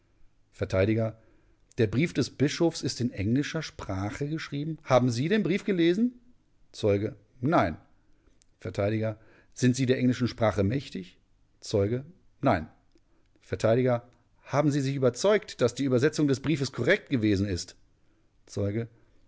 vert der brief des bischofs ist in englischer sprache geschrieben haben sie den brief gelesen zeuge nein vert sind sie der englischen sprache mächtig zeuge nein vert haben sie sich überzeugt daß die übersetzung des briefes korrekt gewesen ist zeuge